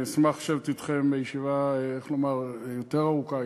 אשמח לשבת אתכם לישיבה יותר ארוכה,